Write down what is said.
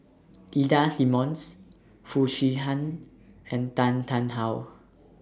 Ida Simmons Foo Chee Han and Tan Tarn How